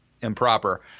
improper